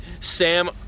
Sam